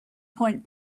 point